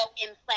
implant